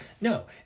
No